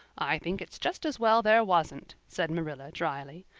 i think it's just as well there wasn't, said marilla drily.